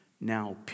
now